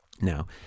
Now